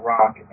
Rock